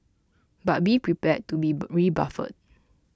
but be prepared to be rebuffed